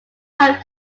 have